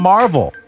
Marvel